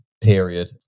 period